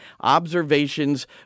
observations